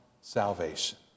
salvation